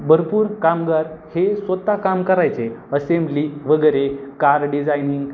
भरपूर कामगार हे स्वतः काम करायचे असेम्बली वगैरे कार डिझायनिंग